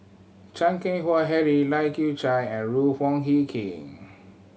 Chan Keng Howe Harry Lai Kew Chai and Ruth Hie King